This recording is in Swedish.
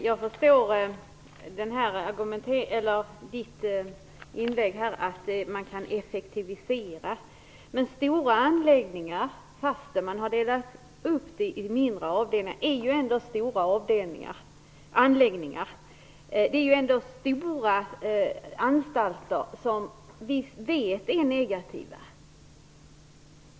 Fru talman! Jag förstår av Birthe Sörestedts inlägg att man kan effektivisera genom att ha stora anläggningar. Men även om de delas upp i mindre avdelningar är det ändå fråga om stora anstalter, som till viss del är negativa.